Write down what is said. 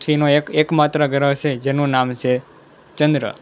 પૃથ્વીનો એક એક માત્ર ગ્રહ છે જેનું નામ છે ચંદ્ર